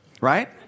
right